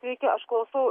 sveiki aš klausau